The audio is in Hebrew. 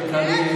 מחקרי.